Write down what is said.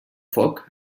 foc